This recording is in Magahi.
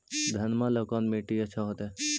घनमा ला कौन मिट्टियां अच्छा होतई?